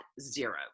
zero